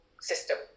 system